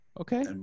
Okay